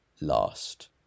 last